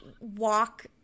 walk